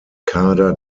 kader